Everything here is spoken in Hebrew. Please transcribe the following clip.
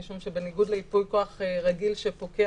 משום שבניגוד לייפוי כוח רגיל שפוקע